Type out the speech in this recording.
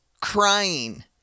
crying